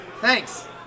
thanks